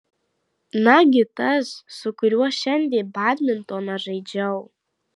nagi tas su kuriuo šiandien badmintoną žaidžiau